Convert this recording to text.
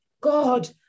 God